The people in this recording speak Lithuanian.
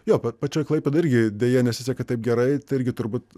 jo pačioj klaipėdoj irgi deja nesiseka taip gerai tai irgi turbūt